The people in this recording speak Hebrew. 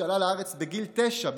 שעלה לארץ בגיל תשע,